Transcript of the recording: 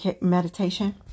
Meditation